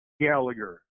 Gallagher